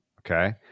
Okay